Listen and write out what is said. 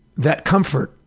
that comfort.